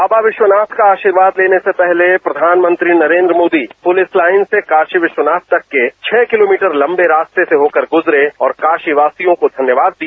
बाबा विस्वनाथ का आर्शीवाद लेने से पहले प्रधानमंत्री नरेन्द्र मोदी पुलिस लाइन से काशी विश्वनाथ तक के छह किलोमीटर लंबे रास्ते से होकर के गुजरे और काशीवासियों को धन्यवाद दिया